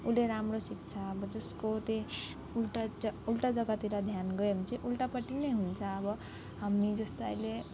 उसले राम्रो सिक्छ अब जसको त्यही उल्टा उल्टा जग्गातिर ध्यान गयो भने चाहिँ उल्टापट्टि नै हुन्छ अब हामी जस्तो अहिले